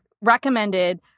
recommended